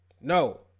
No